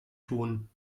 tun